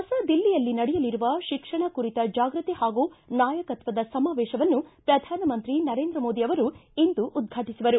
ಹೊಸದಿಲ್ಲಿಯಲ್ಲಿ ನಡೆಯಲಿರುವ ಶಿಕ್ಷಣ ಕುರಿತ ಜಾಗೃತಿ ಹಾಗೂ ನಾಯಕತ್ವದ ಸಮಾವೇಶವನ್ನು ಪ್ರಧಾನಮಂತ್ರಿ ನರೇಂದ್ರ ಮೋದಿ ಅವರು ಇಂದು ಉದ್ಘಾಟಿಸುವರು